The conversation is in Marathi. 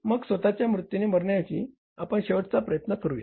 मग स्वतःच्या मृत्यूने मरण्याऐवजी आपण शेवटचा प्रयत्न करूया